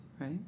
right